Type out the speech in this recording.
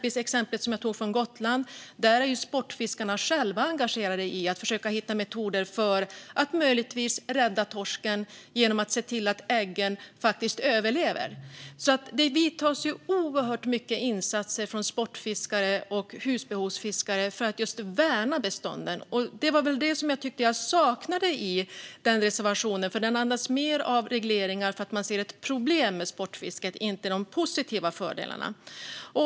I exemplet från Gotland är sportfiskarna själva engagerade i att försöka hitta metoder för att möjligtvis rädda torsken genom att se till att äggen faktiskt överlever. Det vidtas oerhört mycket insatser från sportfiskare och husbehovsfiskare för att värna bestånden, och det var väl det jag tyckte att jag saknade i reservationen som mer andas regleringar. Man ser problem med sportfisket och inte de positiva fördelarna.